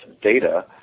data